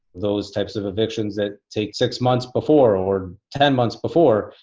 those types of evictions that take six months before or ten months before,